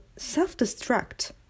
self-destruct